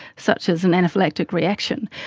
such as an anaphylactic reaction.